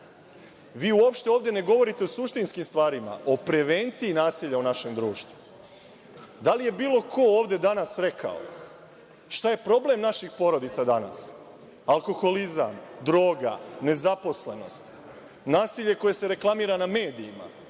uopšte ovde ne govorite o suštinskim stvarima, o prevenciji nasilja u našem društvu. Da li je bilo ko ovde danas rekao šta je problem naših porodica danas? Alkoholizam, droga, nezaposlenost, nasilje koje se reklamira na medijima.